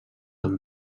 amb